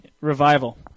revival